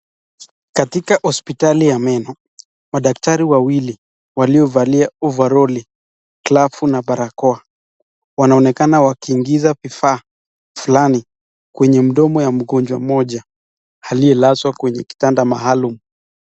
Katika hospitali ya meno, madaktari wawili waliovalia ovaroli, glavu na barakoa wanaonekana wakiigiza vifaa fulani kwenye mdomo ya mgonjwa mmoja aliyelazwa kwenye kitanda maalum.